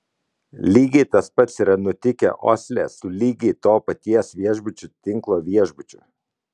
lygiai tas pats yra nutikę osle su lygiai to paties viešbučių tinklo viešbučiu